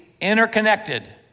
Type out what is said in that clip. interconnected